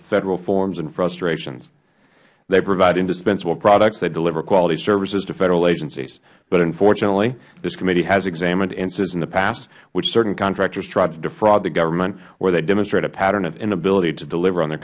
federal forms and frustrations they provide indispensable products they deliver quality services to federal agencies but unfortunately this committee has examined instances in the past in which certain contractors tried to defraud the government where they demonstrate a pattern of inability to deliver on the